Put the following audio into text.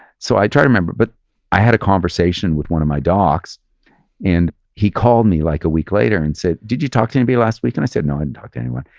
so i try to remember, but i had a conversation with one of my docs and he called me like a week later and said, did you talk to anybody last week? and i said, no, i hadn't and talked to anyone.